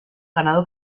ganado